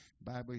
Bible